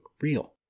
real